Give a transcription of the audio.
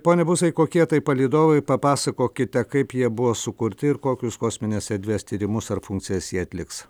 pone buzai kokie tai palydovai papasakokite kaip jie buvo sukurti ir kokius kosminės erdvės tyrimus ar funkcijas jie atliks